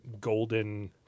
golden